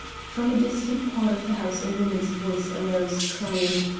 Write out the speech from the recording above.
from a distant part of the house a woman's voice arose, crying,